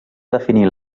definir